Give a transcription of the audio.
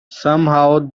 somehow